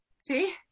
See